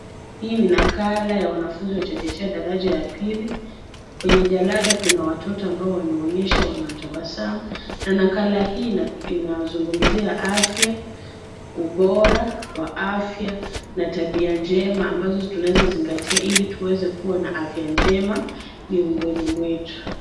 Hii ni nakala ya wanafunzi wa chekechea daraja la pili, kwenye jalada kuna watoto ambao wameonyesha wanatabasamu na nakala hii inazungumzia afya, ubora wa afya na tabia njema ambazo tunaweza zingatia ili tuweze kuwa na afya njema miongoni mwetu.